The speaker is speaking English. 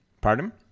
pardon